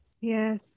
Yes